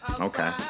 Okay